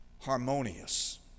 harmonious